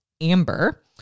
Amber